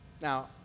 Now